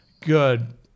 good